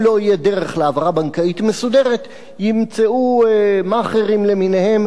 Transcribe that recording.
אם לא תהיה דרך להעברה בנקאית מסודרת ימצאו מאכערים למיניהם